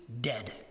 dead